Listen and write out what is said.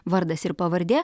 vardas ir pavardė